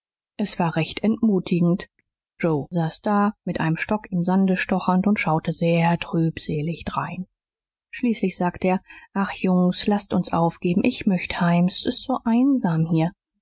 es war recht entmutigend joe saß da mit einem stock im sande stochernd und schaute sehr trübselig drein schließlich sagte er ach jungens laßt's uns aufgeben ich möcht heim s ist so einsam hier